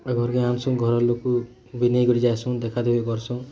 ପୁରା ଘର୍କେ ଆନ୍ସୁଁ ଘର୍ ଲୋକ୍ ବି ନେଇ କରି ଯାଏସୁଁ ଦେଖା ଦେଖି କର୍ସୁଁ